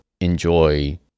enjoy